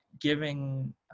giving